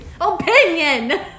Opinion